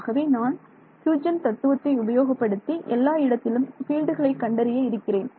ஆகவே நான் ஹுய்ஜென் தத்துவத்தை உபயோகப்படுத்தி எல்லா இடத்திலும் ஃபீல்டுகளை கண்டறிய இருக்கிறேன்